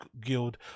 Guild